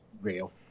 real